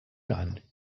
man